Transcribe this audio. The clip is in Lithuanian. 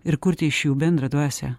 ir kurti iš jų bendrą dvasią